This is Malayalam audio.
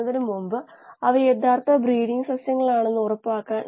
അതിനാൽ ഇത് ഷിയാർ സ്ട്രെസ്സിന് കാരണമാകും